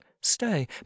stay